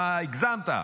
הגזמתם,